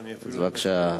בבקשה.